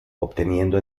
obteniendo